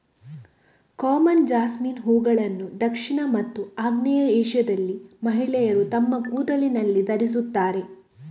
common jasmine ಹೂವುಗಳನ್ನು ದಕ್ಷಿಣ ಮತ್ತು ಆಗ್ನೇಯ ಏಷ್ಯಾದಲ್ಲಿ ಮಹಿಳೆಯರು ತಮ್ಮ ಕೂದಲಿನಲ್ಲಿ ಧರಿಸುತ್ತಾರೆ